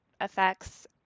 effects